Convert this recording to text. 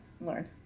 Learn